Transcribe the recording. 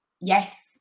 yes